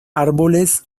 árboles